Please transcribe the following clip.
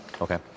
Okay